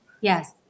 Yes